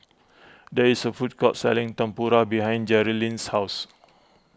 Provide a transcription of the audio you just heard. there is a food court selling Tempura behind Jerilynn's house